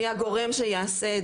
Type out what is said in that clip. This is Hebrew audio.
מי הגורם שיעשה את זה.